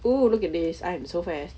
oh look at this I am so fat